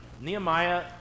Nehemiah